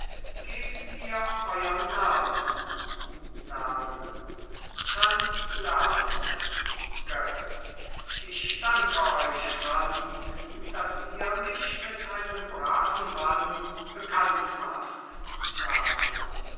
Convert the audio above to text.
gebt mir euern namen lerse franz lerse götz ich danke euch franz daß ihr mich mit einem braven mann bekannt macht lerse